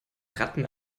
ratten